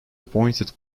appointed